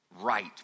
right